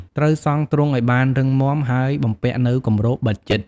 ត្រូវសង់ទ្រុងឱ្យបានរឹងមាំ ហើយបំពាក់នូវគម្របបិទជិត។